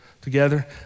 together